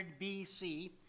BC